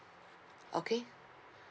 okay